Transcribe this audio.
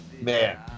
man